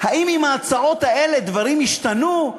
האם עם ההצעות האלה דברים ישתנו?